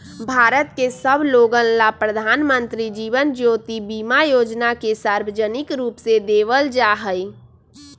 भारत के सब लोगन ला प्रधानमंत्री जीवन ज्योति बीमा योजना के सार्वजनिक रूप से देवल जाहई